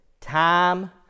time